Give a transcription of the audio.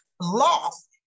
lost